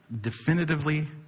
definitively